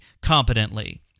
competently